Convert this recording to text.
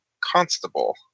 constable